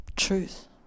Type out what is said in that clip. Truth